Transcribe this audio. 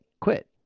Quit